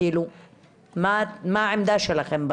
מה העמדה שלכם בנושא?